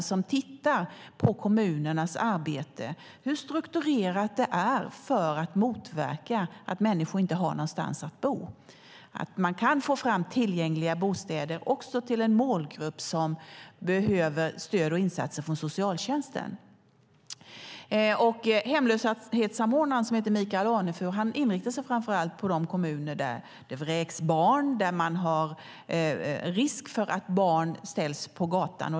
Samordnaren tittar på hur strukturerat kommunernas arbete är för att därigenom kunna motverka att människor inte har någonstans att bo, för att få fram tillgängliga bostäder också till den målgrupp som behöver stöd och insatser från socialtjänsten. Hemlöshetssamordnaren Michael Anefur inriktar sig framför allt på de kommuner där det vräks barn, där det finns risk för att barn ställs på gatan.